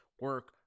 Work